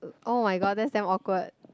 oh-my-god that's damn awkward